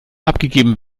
abgegeben